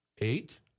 Eight